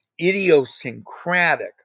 idiosyncratic